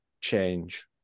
change